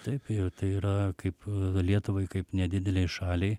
taip tai yra kaip lietuvai kaip nedidelei šaliai